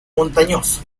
montañoso